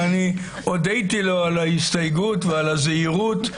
והודיתי לו על ההסתייגות ועל הזהירות.